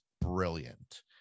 brilliant